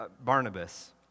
Barnabas